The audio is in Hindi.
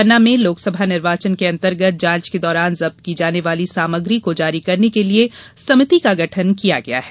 पन्ना में लोकसभा निर्वाचन के अंतर्गत जांच के दौरान जब्त की जाने वाली सामग्री को जारी करने के लिए समिति का गठन किया गया है